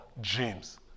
dreams